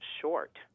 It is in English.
short